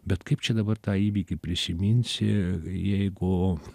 bet kaip čia dabar tą įvykį prisiminsi jeigu